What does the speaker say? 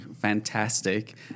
fantastic